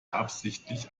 absichtlich